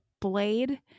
blade